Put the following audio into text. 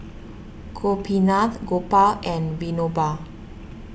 Gopinath Gopal and Vinoba